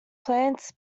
plants